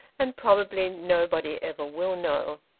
and probably nobody ever will know.